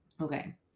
Okay